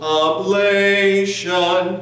oblation